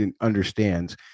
understands